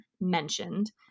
mentioned